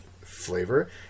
flavor